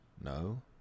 No